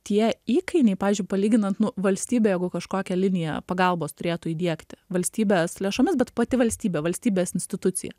tie įkainiai pavyzdžiui palyginant nu valstybė jeigu kažkokią liniją pagalbos turėtų įdiegti valstybės lėšomis bet pati valstybė valstybės institucija